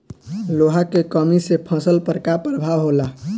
लोहा के कमी से फसल पर का प्रभाव होला?